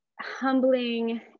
humbling